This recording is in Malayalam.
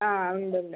ആ ഉണ്ട് ഉണ്ട്